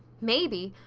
maybe!